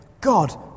God